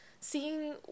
seeing